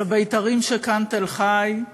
לבית"רים שכאן, "תל חי",